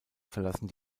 verlassen